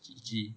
G G